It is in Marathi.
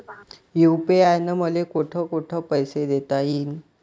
यू.पी.आय न मले कोठ कोठ पैसे देता येईन?